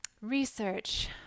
research